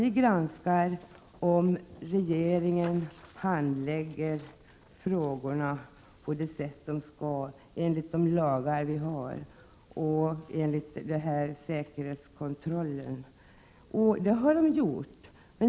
Vi granskar om regeringen handlägger frågorna på det sätt som föreskrivs i de lagar vi har och enligt personalkontrollsystemet. Det har regeringen gjort.